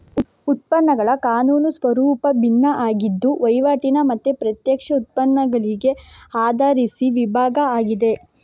ಉತ್ಪನ್ನಗಳ ಕಾನೂನು ಸ್ವರೂಪ ಭಿನ್ನ ಆಗಿದ್ದು ವೈವಾಟಿನ ಮತ್ತೆ ಪ್ರತ್ಯಕ್ಷ ಉತ್ಪನ್ನಗಳಿಗೆ ಆಧರಿಸಿ ವಿಭಾಗ ಆಗಿದೆ